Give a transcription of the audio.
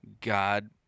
God